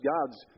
God's